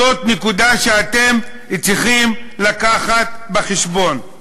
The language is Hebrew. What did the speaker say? זאת נקודה שאתם צריכים להביא בחשבון.